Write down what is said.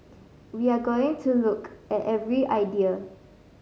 we are going to look at every idea